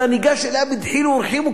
אתה ניגש אליה בדחילו ורחימו,